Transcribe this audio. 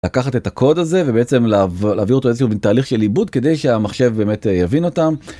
לקחת את הקוד הזה ובעצם להעביר אותו בתהליך של עיבוד כדי שהמחשב באמת יבין אותם.